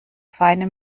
feine